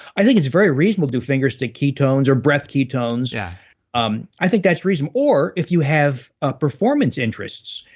i think it's very reasonable do fingers to ketones, or breath ketones, yeah um i think that's reasonable. or, if you have a performance interests,